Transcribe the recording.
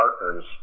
partners